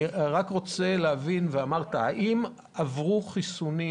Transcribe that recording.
אני רק רוצה להבין: האם עברו חיסונים